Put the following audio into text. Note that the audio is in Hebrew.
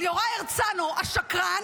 אבל יוראי הרצנו השקרן,